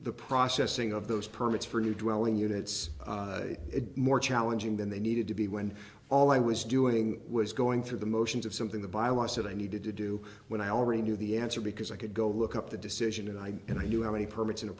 the processing of those permits for new dwelling units it more challenging than they needed to be when all i was doing was going through the motions of something the bylaws said i needed to do when i already knew the answer because i could go look up the decision and i and i knew how many permits in a